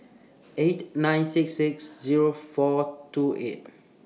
eight nine six six Zero four two eight